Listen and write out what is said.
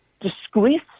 disgrace